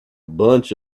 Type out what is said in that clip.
bunch